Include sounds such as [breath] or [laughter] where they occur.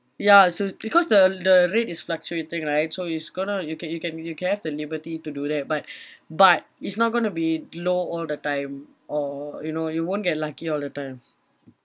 ya so because the the rate is fluctuating right so it's going to you can you can you can have the liberty to do that but [breath] but it's not going to be low all the time or you know you won't get lucky all the time